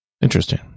Interesting